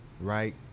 right